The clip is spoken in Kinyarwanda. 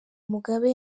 mugabe